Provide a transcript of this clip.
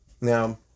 Now